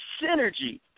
synergy